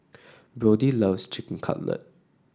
Brodie loves Chicken Cutlet